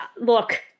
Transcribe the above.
Look